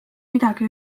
midagi